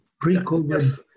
pre-COVID